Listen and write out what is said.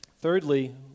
Thirdly